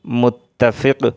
متفق